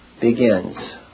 begins